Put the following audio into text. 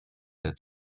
der